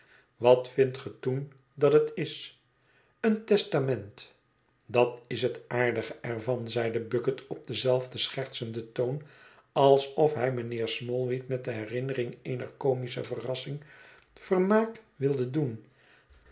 wat vindt ge toen dat het is een testament dat is het aardige er van zeide bucket op denzelfden schertsenden toon alsof hij mijnheer smallweed met de herinnering eener comische verrassing vermaak wilde doen